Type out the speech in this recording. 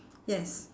yes